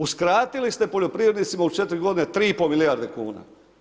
Uskratili ste poljoprivrednicima u 4 godine 3,5 milijarde kuna.